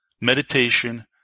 meditation